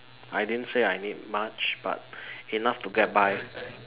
I didn't say I need much but enough to get by